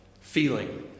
feeling